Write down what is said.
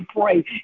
pray